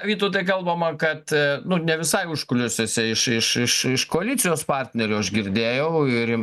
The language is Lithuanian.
vytautai kalbama kad nu ne visai užkulisiuose iš iš iš iš koalicijos partnerių aš girdėjau ir